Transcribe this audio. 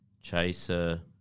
Chaser